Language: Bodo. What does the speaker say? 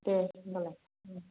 दे होनबालाय ओं